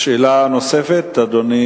דוח העוני השנה, אדוני